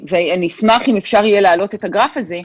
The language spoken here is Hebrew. אשמח, אם אפשר יהיה להעלות את הגרף הזה.